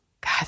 God